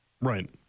Right